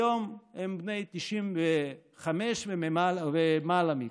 היום הם בני 95 ולמעלה מכך.